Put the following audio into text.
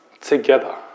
together